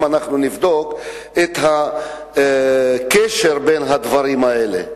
אם אנחנו נבדוק את הקשר בין הדברים האלה.